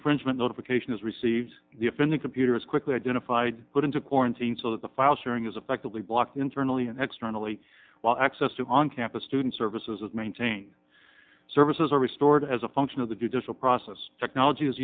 infringement notification is received the offending computer is quickly identified put into quarantine so that the file sharing is effectively blocked internally and externally while accessing on campus student services as maintain services are restored as a function of the judicial process technology is